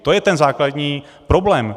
To je ten základní problém.